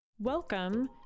Welcome